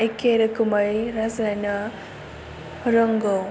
एखे रोखोमै रायज्लायनो रोंगौ